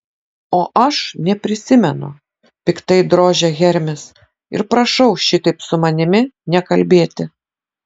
o aš neprisimenu piktai drožia hermis ir prašau šitaip su manimi nekalbėti